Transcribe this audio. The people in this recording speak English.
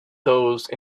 those